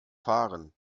fahren